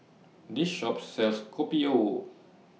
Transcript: This Shop sells Kopi O